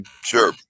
sure